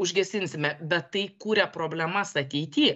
užgesinsime bet tai kuria problemas ateity